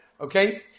Okay